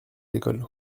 d’école